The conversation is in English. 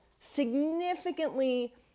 significantly